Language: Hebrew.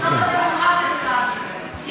זו הגדולה של המדינה שלנו, זאת הדמוקרטיה שלנו.